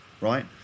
right